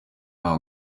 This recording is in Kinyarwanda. nta